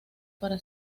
para